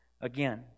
again